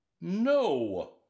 No